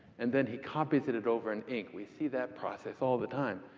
and then he copies it it over in ink. we see that process all the time.